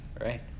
right